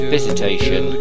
Visitation